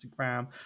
Instagram